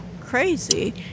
crazy